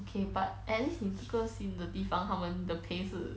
okay but at least 你这个新的地方他们的 pay 是